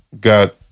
Got